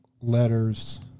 letters